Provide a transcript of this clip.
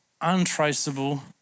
untraceable